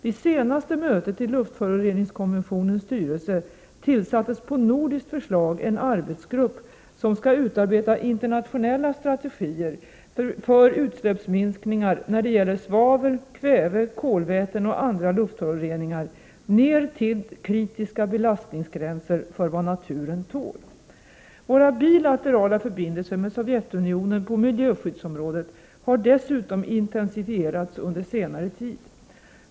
Vid senaste mötet i luftföroreningskonventionens styrelse tillsattes på nordiskt förslag en arbetsgrupp som skall utarbeta internationella strategier för utsläppsminskningar när det gäller svavel, kväve, kolväten och andra luftföroreningar ner 41 10 november 1988 = Våra bilaterala förbindelser med Sovjetunionen på miljöskyddsområdet har dessutom intensifierats under senare tid.